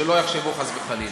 שלא יחשבו חס וחלילה.